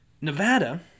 Nevada